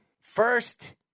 first